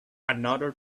another